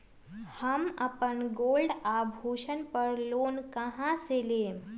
हम अपन गोल्ड आभूषण पर लोन कहां से लेम?